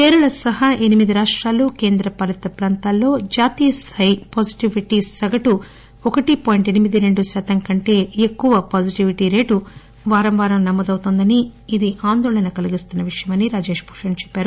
కేరళ సహా ఎనిమిది రాష్టాలు కేంద్ర పాలిత ప్రాంతాల్లో జాతీయస్లాయి పాజిటివిటీ సగటు ఒకటి పాయింట్ ఎనిమిదిరెండు శాతం కంటే ఎక్కువ పాజిటివిటీ రేటు వారంవారం నమోదవుతోందని ఇది ఆందోళన కలిగిస్తున్న విషయమని ఆయన అన్నారు